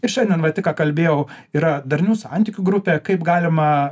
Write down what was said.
ir šiandien va tik ką kalbėjau yra darnių santykių grupė kaip galima